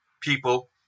people